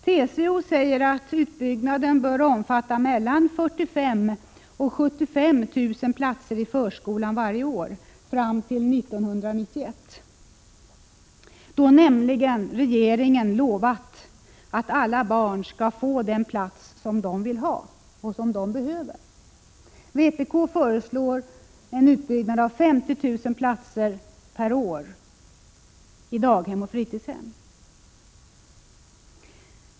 TCO säger att utbyggnaden bör omfatta mellan 45 000 och 75 000 platser i förskolan varje år fram till 1991, då nämligen regeringen lovat att alla barn skall få den plats som de vill ha och som de behöver. Vpk föreslår en utbyggnad av 50 000 platser per år i daghem och fritidshem.